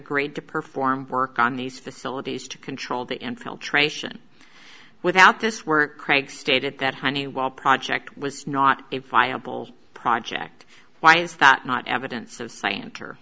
d to perform work on these facilities to control the infiltration without this were craig stated that honeywell project was not a viable project why is that not evidence of science